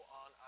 on